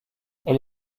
elle